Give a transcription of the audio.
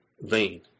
vain